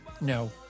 No